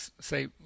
say